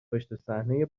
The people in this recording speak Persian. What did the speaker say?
پشتصحنهی